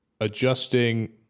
adjusting